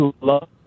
love